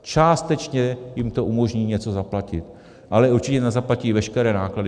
Částečně jim to umožní něco zaplatit, ale určitě nezaplatí veškeré náklady.